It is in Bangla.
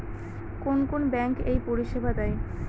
কোন কোন ব্যাঙ্ক এই পরিষেবা দেয়?